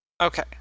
Okay